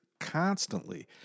constantly